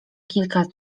kilka